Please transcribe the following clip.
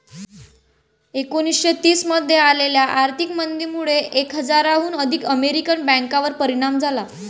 एकोणीसशे तीस मध्ये आलेल्या आर्थिक मंदीमुळे एक हजाराहून अधिक अमेरिकन बँकांवर परिणाम झाला